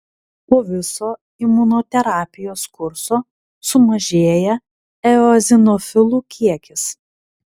po viso imunoterapijos kurso sumažėja eozinofilų kiekis